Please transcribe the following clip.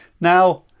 Now